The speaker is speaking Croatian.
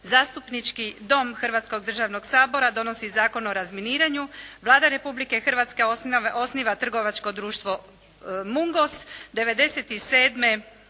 Zastupnički dom Hrvatskoga državnog sabora donosi Zakon o razminiranju, Vlada Republike Hrvatske osniva trgovačko društvo MUNGOS, 97.